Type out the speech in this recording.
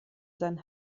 sein